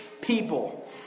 people